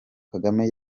kagame